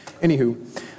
Anywho